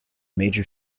major